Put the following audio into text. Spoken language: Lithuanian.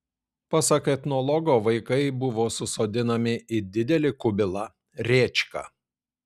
pasak etnologo vaikai buvo susodinami į didelį kubilą rėčką